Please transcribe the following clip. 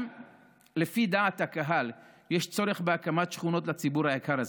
גם לפי דעת הקהל יש צורך בהקמת שכונות לציבור היקר הזה.